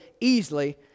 easily